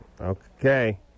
Okay